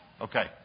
Okay